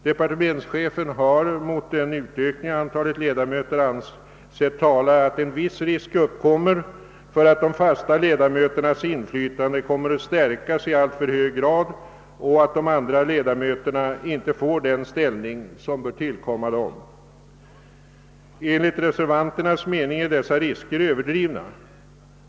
Departementschefen har mot en utökning av antalet ledamöter ansett tala att en viss risk uppkommer för att de fasta ledamöternas inflytande kommer att stärkas i alltför hög grad och att de andra ledamöterna inte får den ställning som bör tillkomma dem. Enligt reservanternas mening är dessa risker överdrivna.